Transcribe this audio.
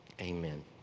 Amen